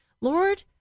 Lord